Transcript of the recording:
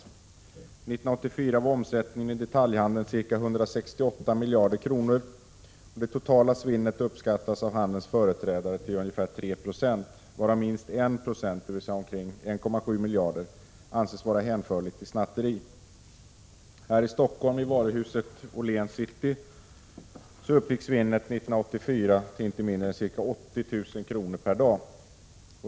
År 1984 var omsättningen i detaljhandeln ca 168 miljarder kronor. Det totala svinnet uppskattas av handelns företrädare till ungefär 3 26, varav minst 19260, dvs. omkring 1,7 miljarder, anses vara hänförligt till snatteri. I varuhuset Åhléns City här i Stockholm uppgick svinnet år 1984 till inte mindre än ca 80 000 kr. per dag.